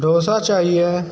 डोसा चाहिए है